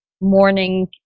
morning